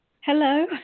Hello